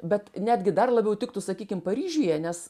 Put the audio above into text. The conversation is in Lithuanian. bet netgi dar labiau tiktų sakykim paryžiuje nes